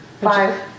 Five